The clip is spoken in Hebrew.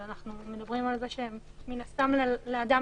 אבל אנחנו מדברים על זה שמן הסתם לאדם